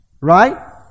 Right